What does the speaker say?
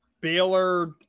Baylor